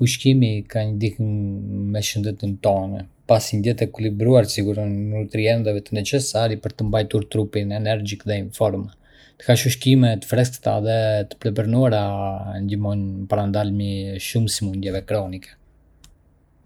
Ushqimi ka një ndikim me në shëndetin tonë, pasi një dietë e ekuilibruar siguron nutriendavet necessari për të mbajtur trupin energjik dhe në formë. Të hash ushqime të freskëta dhe të papërpunuara ndihmon në parandalimin e shumë sëmundjeve kronike.